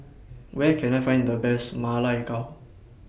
Where Can I Find The Best Ma Lai Gao